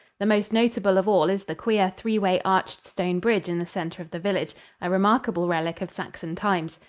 the most notable of all is the queer three-way arched stone bridge in the center of the village a remarkable relic of saxon times.